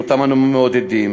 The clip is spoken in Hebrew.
ואנו מעודדים